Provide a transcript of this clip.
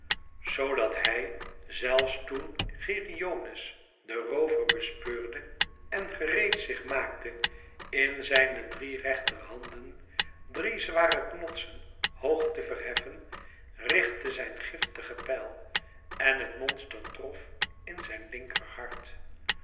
dat hij zelfs toen geryones den roover bespeurde en gereed zich maakte in zijne drie rechterhanden drie zware knotsen hoog te verheffen richtte zijn giftige pijl en het monster trof in zijn linkerhart